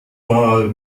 mal